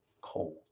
cold